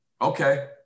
okay